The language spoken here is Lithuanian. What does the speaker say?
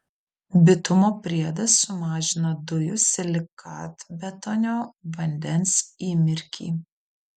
bitumo priedas sumažina dujų silikatbetonio vandens įmirkį